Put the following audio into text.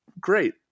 great